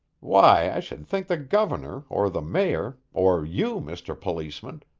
why, i should think the governor, or the mayor, or you, mr. policeman,